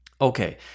Okay